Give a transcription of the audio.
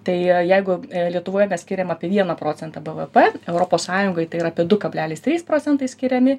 tai jeigu lietuvoje mes skiriam apie vieną procentą bvp europos sąjungoj tai yra apie du kablelis trys procentai skiriami